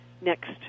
next